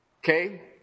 Okay